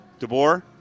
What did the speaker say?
DeBoer